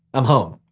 i'm home.